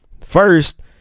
first